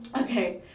Okay